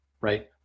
Right